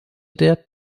der